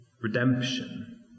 Redemption